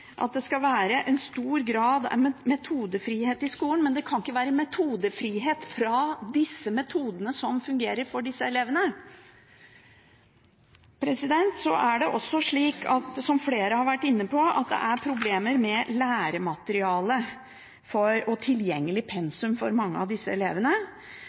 at det skal være stor grad av metodefrihet i skolen, men det kan ikke være frihet fra de metodene som fungerer overfor disse elevene. Så er det også slik – som flere har vært inne på – at det er problemer med læremateriellet og tilgjengelig pensum for mange av disse elevene.